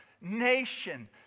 Nation